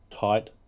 tight